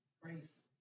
grace